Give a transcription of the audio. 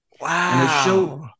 Wow